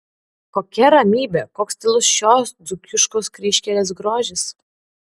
kokia ramybė koks tylus šios dzūkiškos kryžkelės grožis